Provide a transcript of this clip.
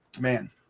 man